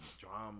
drama